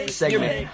segment